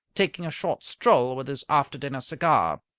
taking a short stroll with his after-dinner cigar.